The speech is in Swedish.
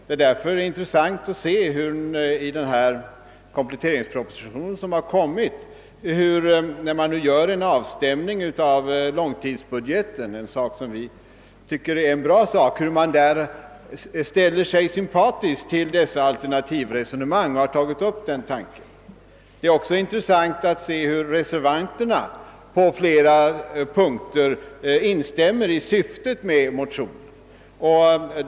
Det är därför intressant att se att när man i den framlagda kompletteringspropositionen gör en avstämning av långtidsbudgeten — vilket vi tycker är bra — ställer man sig sympatisk till dessa alternativresonemang och har tagit upp den tanken. Det är också intressant att se hur reservanterna på flera punkter instämmer i motionernas syfte.